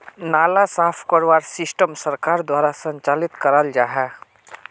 नाला साफ करवार सिस्टम सरकार द्वारा संचालित कराल जहा?